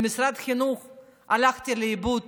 במשרד החינוך הלכתי לאיבוד